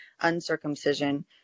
uncircumcision